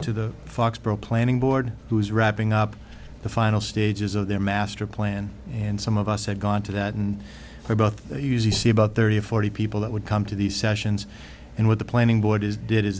to the foxboro planning board who is wrapping up the final stages of their master plan and some of us have gone to that and they both use you see about thirty or forty people that would come to these sessions and with the planning board is did is